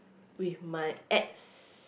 with my ex